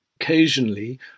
Occasionally